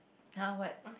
!huh! what